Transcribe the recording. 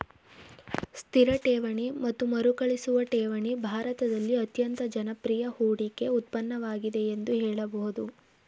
ಸ್ಥಿರ ಠೇವಣಿ ಮತ್ತು ಮರುಕಳಿಸುವ ಠೇವಣಿ ಭಾರತದಲ್ಲಿ ಅತ್ಯಂತ ಜನಪ್ರಿಯ ಹೂಡಿಕೆ ಉತ್ಪನ್ನವಾಗಿದೆ ಎಂದು ಹೇಳಬಹುದು